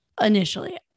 initially